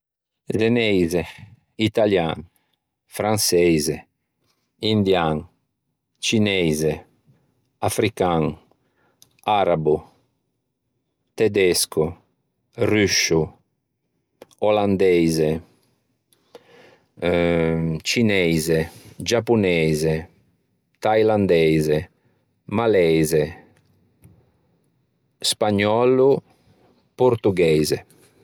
Zeneise, italian, franseise, indian, cineise, african, arabo, tedesco, ruscio, olandeise, cineise, giaponeise, tailandeise, maleise, spagnòllo, portogheise.